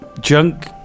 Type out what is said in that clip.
junk